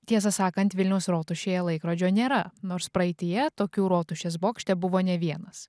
tiesą sakant vilniaus rotušėje laikrodžio nėra nors praeityje tokių rotušės bokšte buvo ne vienas